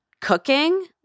Cooking